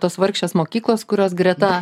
tos vargšės mokyklos kurios greta